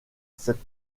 cette